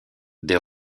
des